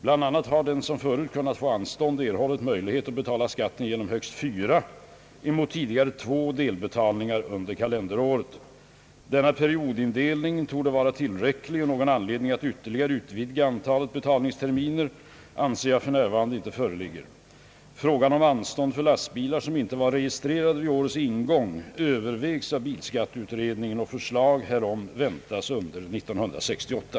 Bland annat har den som förut kunnat få anstånd erhållit möjlighet att betala skatten genom högst fyra — mot tidigare två — delbetalningar under kalenderåret. Denna periodindelning torde vara tillräcklig och någon anledning att ytterligare utvidga antalet betalningsterminer anser jag f. n. inte föreligga. Frågan om anstånd för lastbilar som inte var regi strerade vid årets ingång övervägs av bilskatteutredningen. Förslag härom väntas under år 1968.